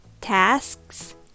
tasks